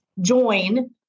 join